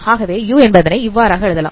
ஆகவே u என்பதனை இவ்வாறாக எழுதலாம்